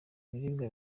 ibiribwa